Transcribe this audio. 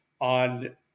on